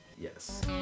Yes